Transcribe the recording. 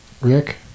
Rick